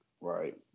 Right